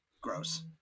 Gross